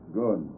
good